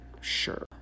Sure